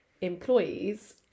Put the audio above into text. employees